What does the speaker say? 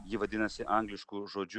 ji vadinasi anglišku žodžiu